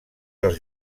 dels